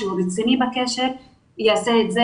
שהוא רציני בקשר והנה מה שהוא עושה.